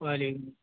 وعلیکم